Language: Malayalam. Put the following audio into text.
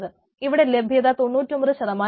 അവിടെ ലഭ്യത 99 ആണ്